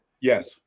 Yes